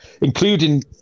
including